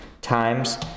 times